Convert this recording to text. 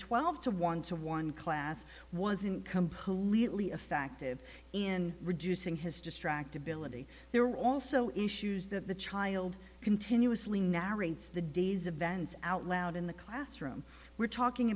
twelve to one to one class wasn't completely affective in reducing his distractibility there are also issues that the child continuously narrates the day's events out loud in the classroom we're talking